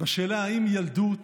בשאלה אם הילדות